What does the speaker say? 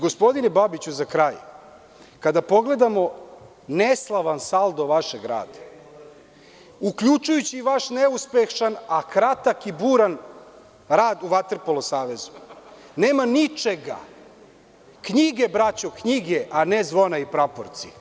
Gospodine Babiću, za kraj, kada pogledamo neslavan saldo vašeg rada, uključujući i vaš neuspešan, a kratak i buran rad u Vaterpolo savezu, nema ničega, knjige, braćo, a ne zvona i praporci.